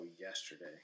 yesterday